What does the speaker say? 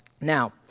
Now